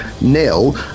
nil